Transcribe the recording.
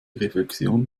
reflexion